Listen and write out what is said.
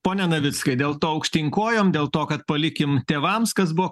pone navickai dėl to aukštyn kojom dėl to kad palikim tėvams kas buvo